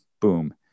boom